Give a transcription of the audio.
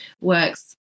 works